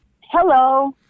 Hello